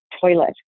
toilet